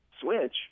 switch